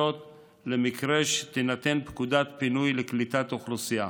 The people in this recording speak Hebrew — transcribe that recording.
למקרה שתינתן פקודת פינוי לקליטת אוכלוסייה.